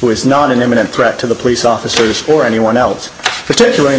who is not an imminent threat to the police officers or anyone else particularly in a